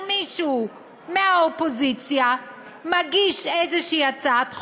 מישהו מהאופוזיציה מגיש איזו הצעת חוק,